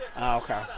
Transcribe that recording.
Okay